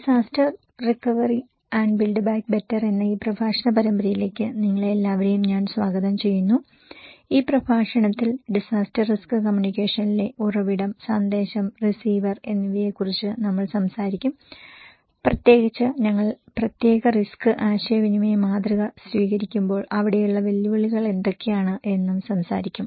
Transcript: disaster recovery and build back better എന്ന ഈ പ്രഭാഷണ പരമ്പരയിലേക്ക് നിങ്ങളെ എല്ലാവരെയും ഞാൻ സ്വാഗതം ചെയ്യുന്നു ഈ പ്രഭാഷണത്തിൽ ഡിസാസ്റ്റർ റിസ്ക് കമ്മ്യൂണിക്കേഷനിലെ ഉറവിടം സന്ദേശം റിസീവർ എന്നിവയെക്കുറിച്ച് നമ്മൾ സംസാരിക്കും പ്രത്യേകിച്ച് ഞങ്ങൾ പ്രത്യേക റിസ്ക് ആശയവിനിമയ മാതൃക സ്വീകരിക്കുമ്പോൾ അവിടെയുള്ള വെല്ലുവിളികൾ എന്തൊക്കെയാണ് എന്നും സംസാരിക്കും